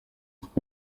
uko